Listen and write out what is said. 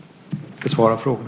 Besvara frågorna.